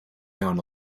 non